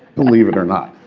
believe it or not.